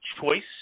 choice